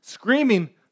screaming